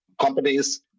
companies